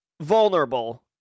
vulnerable